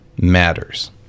matters